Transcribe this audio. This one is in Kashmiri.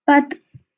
پتہٕ